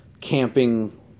camping